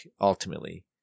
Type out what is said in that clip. ultimately